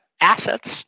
assets